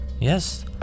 Yes